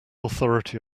authority